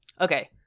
Okay